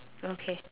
okay